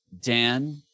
Dan